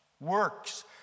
works